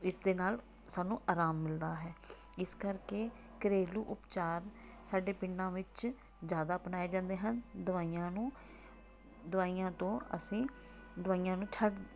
ਇਸ ਦੇ ਨਾਲ਼ ਸਾਨੂੰ ਆਰਾਮ ਮਿਲਦਾ ਹੈ ਇਸ ਕਰਕੇ ਘਰੇਲੂ ਉਪਚਾਰ ਸਾਡੇ ਪਿੰਡਾਂ ਵਿੱਚ ਜ਼ਿਆਦਾ ਅਪਣਾਏ ਜਾਂਦੇ ਹਨ ਦਵਾਈਆਂ ਨੂੰ ਦਵਾਈਆਂ ਤੋਂ ਅਸੀਂ ਦਵਾਈਆਂ ਨੂੰ ਛੱਡ